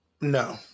No